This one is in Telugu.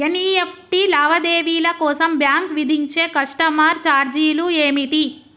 ఎన్.ఇ.ఎఫ్.టి లావాదేవీల కోసం బ్యాంక్ విధించే కస్టమర్ ఛార్జీలు ఏమిటి?